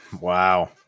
Wow